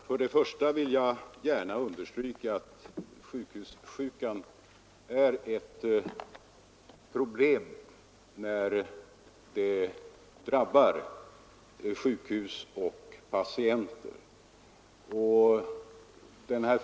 Fru talman! Först vill jag gärna understryka att sjukhussjukan är ett problem när den drabbar sjukhus och patienter.